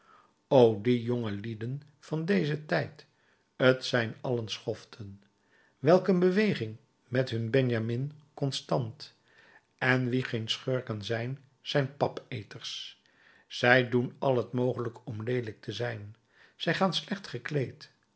o die jongelieden van dezen tijd t zijn allen schoften welk een beweging met hun benjamin constant en wie geen schurken zijn zijn pap eters zij doen al t mogelijke om leelijk te zijn zij gaan slecht gekleed